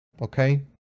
okay